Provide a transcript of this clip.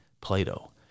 Plato